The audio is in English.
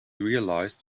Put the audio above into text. realized